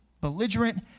belligerent